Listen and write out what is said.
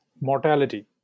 mortality